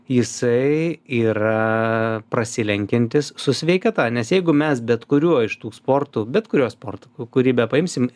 jisai yra prasilenkiantis su sveikata nes jeigu mes bet kuriuo iš tų sportų bet kuriuo sportu kurį bepaimsim